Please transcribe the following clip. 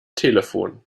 telefon